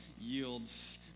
yields